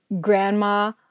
Grandma